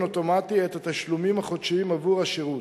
אוטומטי את התשלומים החודשיים עבור השירות,